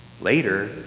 Later